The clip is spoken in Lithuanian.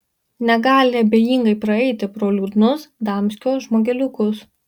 negali abejingai praeiti pro liūdnus damskio žmogeliukus